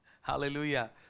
Hallelujah